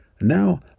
Now